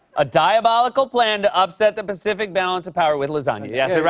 a diabolical plan to upset the pacific balance of power with lasagna. yeah, so right